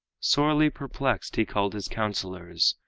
sorely perplexed he called his counselors,